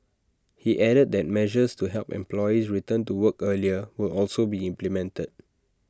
he added that measures to help employees return to work earlier will also be implemented